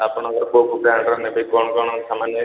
ଆପଣଙ୍କର କେଉଁ କେଉଁ ବ୍ରାଣ୍ଡର ନେବେ କ'ଣ କ'ଣ ସାମାନ୍ ନେବେ